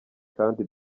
kandi